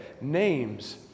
names